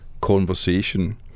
conversation